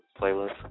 playlist